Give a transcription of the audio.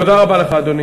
תודה רבה לך, אדוני.